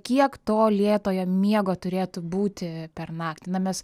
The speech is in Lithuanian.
kiek to lėtojo miego turėtų būti per naktį